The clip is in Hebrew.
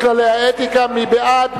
כללי אתיקה לחברי הממשלה) מי בעד?